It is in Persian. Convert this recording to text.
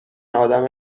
آدم